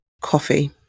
Coffee